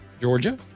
Georgia